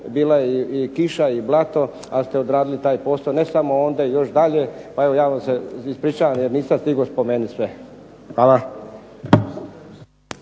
bila je kiša i blato ali ste odradili taj posao, ne samo onda, još dalje, ja vam se ispričavam jer nisam stigao spomenuti sve.